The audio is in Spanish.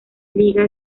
liga